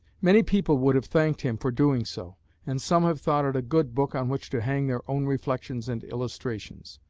many people would have thanked him for doing so and some have thought it a good book on which to hang their own reflections and illustrations.